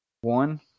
One